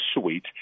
suite